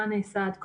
מה נעשה עד כה,